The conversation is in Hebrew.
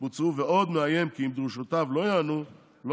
ועוד מאיים כי אם דרישותיו לא ייענו לא